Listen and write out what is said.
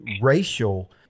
racial